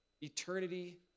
Eternity